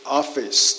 office